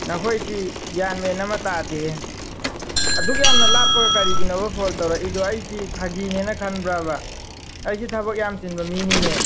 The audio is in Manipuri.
ꯅꯈꯣꯏꯁꯤ ꯒ꯭ꯌꯥꯟ ꯃꯦꯟ ꯑꯃ ꯇꯥꯗꯦꯍꯦ ꯑꯗꯨꯛ ꯌꯥꯝꯅ ꯂꯥꯞꯄꯒ ꯀꯔꯤꯒꯤꯅꯣꯕ ꯐꯣꯜ ꯇꯧꯔꯛꯏꯗꯣ ꯑꯩꯁꯤ ꯐꯥꯒꯤꯅꯦꯅ ꯈꯟꯕ꯭ꯔꯕ ꯑꯩꯁꯤ ꯊꯕꯛ ꯌꯥꯝ ꯆꯤꯟꯕ ꯃꯤꯅꯤꯅꯦ